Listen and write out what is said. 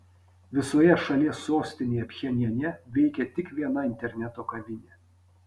visoje šalies sostinėje pchenjane veikia tik viena interneto kavinė